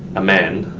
a man.